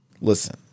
Listen